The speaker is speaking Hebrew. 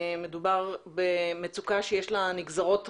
מדובר במצוקה שיש לה נגזרות רבות.